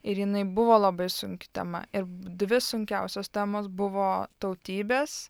ir jinai buvo labai sunki tema ir dvi sunkiausios temos buvo tautybės